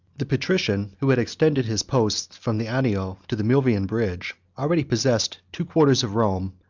the patrician, who had extended his posts from the anio to the melvian bridge, already possessed two quarters of rome,